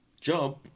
job